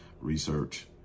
Research